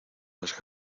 las